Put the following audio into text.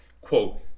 quote